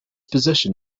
position